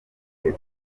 the